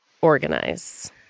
Organize